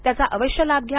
त्याचा आवश्य लाभ घ्या